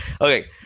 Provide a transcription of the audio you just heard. Okay